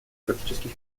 практических